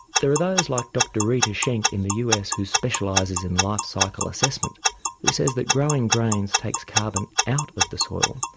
there are those like dr rita schenck in the us who specialises in life cycle assessment who says that growing grains takes carbon out of the soil,